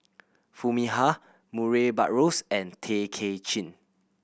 Foo Mee Har Murray Buttrose and Tay Kay Chin